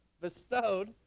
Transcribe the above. bestowed